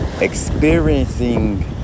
experiencing